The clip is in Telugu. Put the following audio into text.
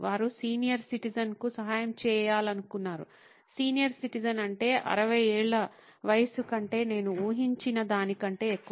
వారు సీనియర్ సిటిజన్ కు సహాయం చేయాలనుకున్నారు సీనియర్ సిటిజన్ అంటే 60 ఏళ్ళ వయస్సు కంటే నేను ఊహించిన దానికంటే ఎక్కువ